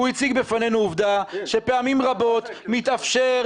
הוא הציג בפנינו עובדה שפעמים רבות מתאפשר